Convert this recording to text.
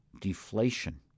deflation